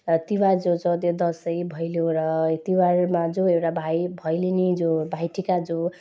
र तिहार जो छ त्यो दसैँ भैलो र यो तिहारमा जो एउटा भाइ भैलिनी जो भाइटिका जो